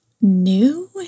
new